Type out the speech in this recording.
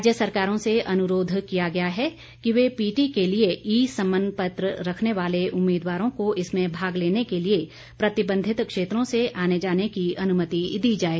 राज्य सरकारों से अनुरोध किया गया है कि वे पीटी के लिए ई सम्मन पत्र रखने वाले उम्मीदवारों को इसमें भाग लेने के लिए प्रतिबंधित क्षेत्रों से आने जाने की अनुमति दी जाए